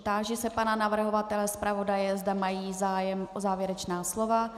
Táži se pana navrhovatele, zpravodaje, zda mají zájem o závěrečná slova.